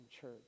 Church